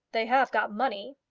they have got money.